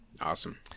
Awesome